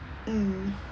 mm